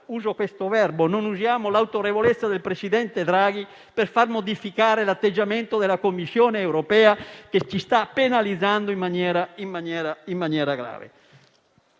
non usiamo l'autorevolezza del presidente Draghi per far modificare l'atteggiamento della Commissione europea che ci sta penalizzando in maniera grave.